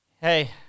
hey